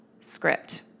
script